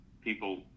people